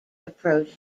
approach